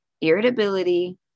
irritability